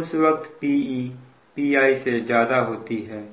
उस वक्त Pe Pi से ज्यादा होती है